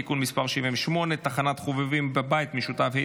(תיקון מס' 78) (תחנת חובבים בבית משותף),